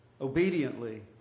obediently